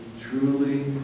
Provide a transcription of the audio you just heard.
truly